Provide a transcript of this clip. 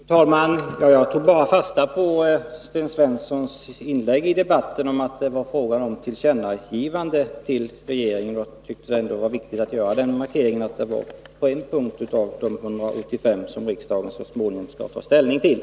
Fru talman! Jag tog fasta på Sten Svenssons inlägg i debatten, där han sade att det var fråga om tillkännagivanden till regeringen, och jag tyckte då att det var viktigt att göra den markeringen att de moderata synpunkterna låg till grund för endast en av de 185 punkter som riksdagen så småningom skall ta ställning till.